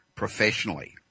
Professionally